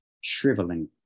shriveling